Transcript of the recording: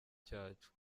cyacu